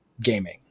gaming